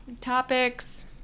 topics